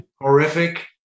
Horrific